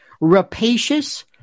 rapacious